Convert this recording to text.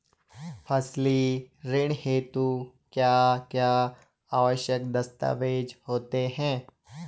फसली ऋण हेतु क्या क्या आवश्यक दस्तावेज़ होते हैं?